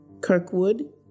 Kirkwood